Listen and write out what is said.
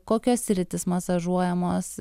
kokios sritys masažuojamos